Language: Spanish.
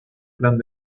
plan